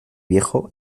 viejo